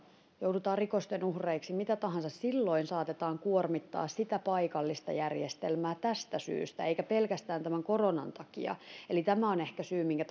joudutaan rikosten uhreiksi mitä tahansa silloin saatetaan kuormittaa sitä paikallista järjestelmää tästä syystä eikä pelkästään tämän koronan takia eli myös tämä on ehkä syy minkä